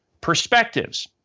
perspectives